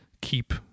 keep